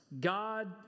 God